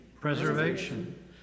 preservation